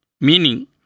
meaning